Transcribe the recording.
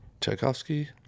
Tchaikovsky